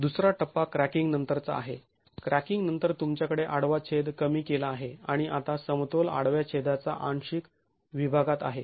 दुसरा टप्पा क्रॅकिंग नंतरचा आहे क्रॅकिंग नंतर तुमच्याकडे आडवा छेद कमी केला आहे आणि आता समतोल आडव्या छेदाच्या आंशिक विभागात आहे